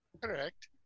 Correct